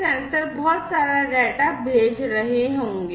तो यह सेंसर बहुत सारा डेटा भेज रहे होंगे